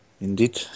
Indeed